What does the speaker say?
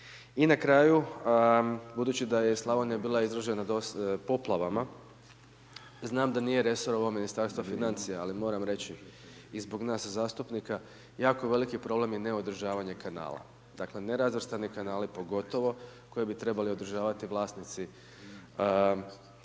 I na kraju, budući da je Slavonija bila izložena dosta poplavama, znam da nije resor ovo Ministarstvo financija ali moram reći i zbog nas zastupnika, jako veliki problem je neodržavanje kanala. Dakle nerazvrstani kanali pogotovo koji bi trebali održavati vlasnici polja,